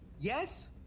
Yes